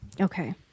Okay